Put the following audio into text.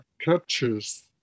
catches